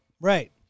Right